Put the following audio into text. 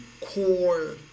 core